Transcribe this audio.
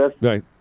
Right